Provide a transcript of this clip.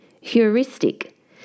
Heuristic